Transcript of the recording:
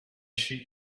she